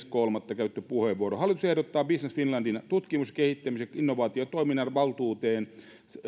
kolmatta käytetty puheenvuoro jossa todetaan näin hallitus ehdottaa business finlandin tutkimus kehittämis ja innovaatiotoiminnan valtuuteen